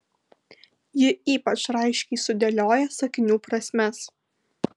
ji ypač raiškiai sudėlioja sakinių prasmes